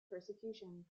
persecution